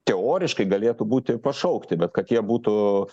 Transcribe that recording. teoriškai galėtų būti pašaukti bet kad jie būtų